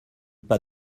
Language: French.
pas